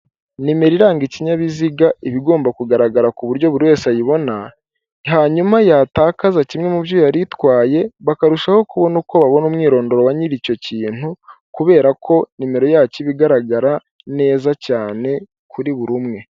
Nimero iranga ikinyabiziga iba igomba kugaragara ku buryo buri wese ayibona hanyuma yatakaza kimwe mu byo yari itwaye bakarushaho kubona uko babona umwirondoro wa nyiri icyo kintu kubera ko nimero yacyo iba igaragara neza cyane kuri buri umwe.